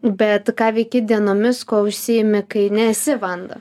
bet ką veiki dienomis kuo užsiimi kai nesi vanda